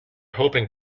hoping